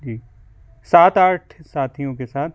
जी सात आठ साथियों के साथ